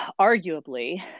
arguably